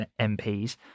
MPs